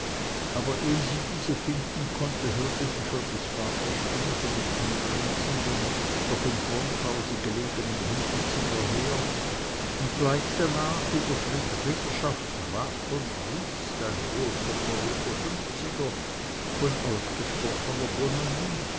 aber ehe sie diese finden konnte hörte sie schon des vaters stimme von dem angrenzenden noch im fronthause gelegenen hinterzimmer her und gleich danach überschritt ritterschaftsrat von briest ein wohlkonservierter fünfziger von ausgesprochener